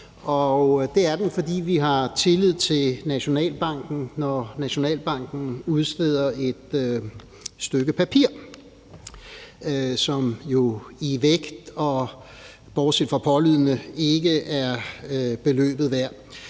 det er den, fordi vi har tillid til Nationalbanken, når Nationalbanken udsteder et stykke papir, som jo i vægt og bortset fra pålydende ikke er beløbet værd.